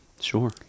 sure